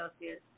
Celsius